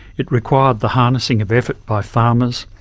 it required the harnessing of effort by farmers,